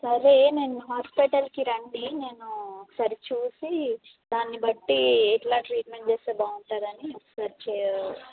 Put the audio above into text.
సరే నేను హాస్పిటల్కి రండి నేను ఒకసారి చూసి దాన్ని బట్టి ఎట్ల ట్రీట్మెంట్ చేస్తే బాగుంటుందని ఒకసారి చే